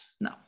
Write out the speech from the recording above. no